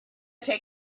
take